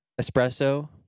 Espresso